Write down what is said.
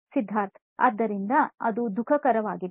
ಸಿದ್ಧಾರ್ಥ್ ಆದ್ದರಿಂದ ಅದು ದುಃಖಕರವಾಗಿದೆ